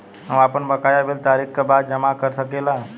हम आपन बकाया बिल तारीख क बाद जमा कर सकेला?